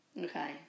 Okay